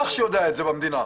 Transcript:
אין אזרח שיודע על זה במדינה,